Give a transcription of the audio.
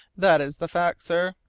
that is the fact, sir,